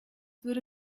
würde